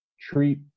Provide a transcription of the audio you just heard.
treat